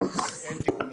ואין תיקוני חקיקה.